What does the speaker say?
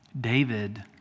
David